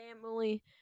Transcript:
family